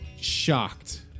shocked